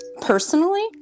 personally